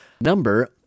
Number